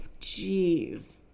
jeez